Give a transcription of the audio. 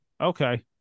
okay